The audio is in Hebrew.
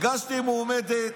הגשתי מועמדת,